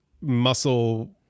muscle